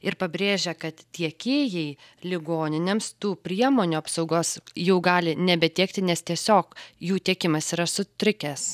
ir pabrėžia kad tiekėjai ligoninėms tų priemonių apsaugos jų gali nebetiekti nes tiesiog jų tiekimas yra